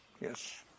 yes